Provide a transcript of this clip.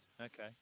Okay